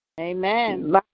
Amen